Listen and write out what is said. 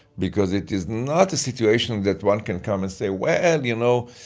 because it is not a situation that one can come and say, well, you know,